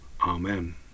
Amen